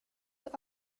det